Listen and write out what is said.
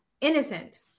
innocent